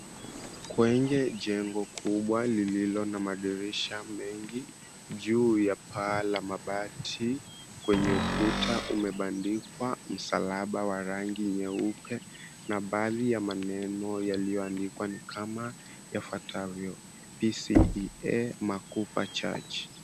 Kwenye jengo kubwa lililo na madirisha mengi, juu ya paa la mabati kwenye ukuta umebandikwa msalaba wa rangi nyeupe na baadhi ya maneno yaliyoandikwa ni kama yafatavyo, PCEA Makupa Church.